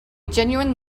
genuine